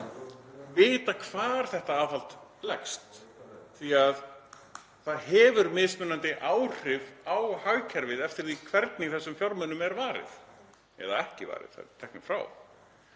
vita hvar þetta aðhald leggst því að það hefur mismunandi áhrif á hagkerfið eftir því hvernig þessum fjármunum er varið eða ekki varið, þeir eru teknir frá.